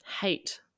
hate